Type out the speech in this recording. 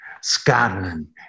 Scotland